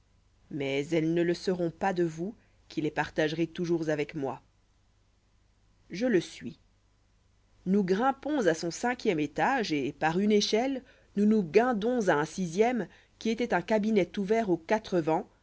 mais elles ne le seront pas de vous qui les partagerez toujours avec moi je le suis nous grimpons à son cinquième étage et par une échelle nous nous guindons à un sixième qui étoit un cabinet ouvert aux